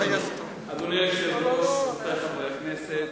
אדוני היושב-ראש, רבותי חברי הכנסת,